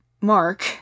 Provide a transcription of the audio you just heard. Mark